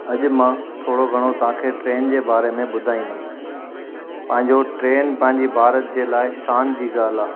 अॼु मां थोरो घणो तव्हांखे ट्रेन जे बारे में ॿुधाईंदुमि पंहिंजो ट्रेन पंहिंजी भारत जे लाइ शान जी ॻाल्हि आहे